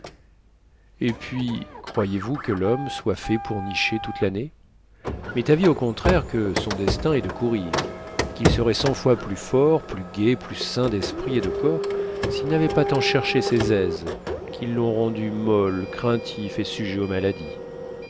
et puis croyez-vous que l'homme soit fait pour nicher toute l'année m'est avis au contraire que son destin est de courir et qu'il serait cent fois plus fort plus gai plus sain d'esprit et de corps s'il n'avait pas tant cherché ses aises qui l'ont rendu mol craintif et sujet aux maladies